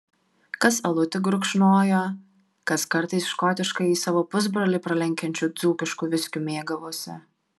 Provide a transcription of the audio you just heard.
kas alutį gurkšnojo kas kartais škotiškąjį savo pusbrolį pralenkiančiu dzūkišku viskiu mėgavosi